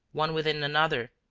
one within another,